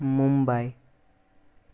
Mumbai